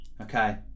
Okay